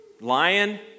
Lion